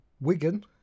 Wigan